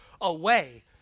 away